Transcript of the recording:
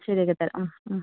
ശരിയാക്കി തരും